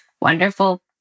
wonderful